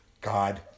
God